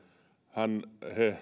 hän